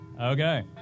Okay